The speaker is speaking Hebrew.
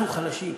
אנחנו חלשים.